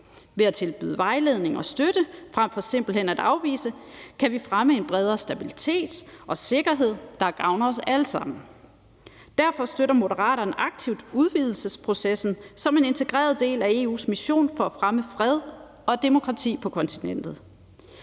Ved at tilbyde vejledning og støtte frem for simpelt hen at afvise kan vi fremme en bredere stabilitet og sikkerhed, der gavner os alle sammen. Derfor støtter Moderaterne aktivt udvidelsesprocessen som en integreret del af EU's mission for at fremme fred og demokrati på kontinentet.